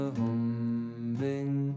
humming